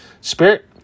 Spirit